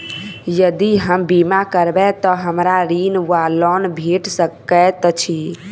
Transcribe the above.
यदि हम बीमा करबै तऽ हमरा ऋण वा लोन भेट सकैत अछि?